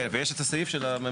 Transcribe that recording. כן, ויש את הסעיף של הממונה.